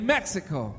Mexico